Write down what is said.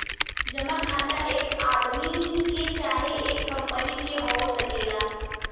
जमा खाता एक आदमी के चाहे एक कंपनी के हो सकेला